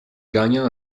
gagnants